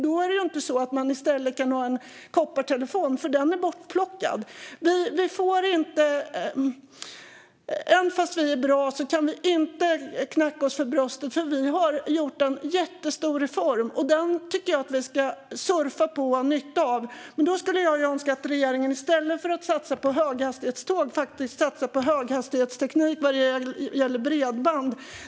Då kan man inte ha en koppartelefon i stället, för det nätet är bortplockat. Trots att vi är bra i Sverige kan vi inte slå oss för bröstet när det gäller detta. Vi har gjort en jättestor reform, och den tycker jag att vi ska surfa på och dra nytta av. Men jag skulle önska att regeringen i stället för att satsa på höghastighetståg satsade på höghastighetsteknik vad gäller bredband.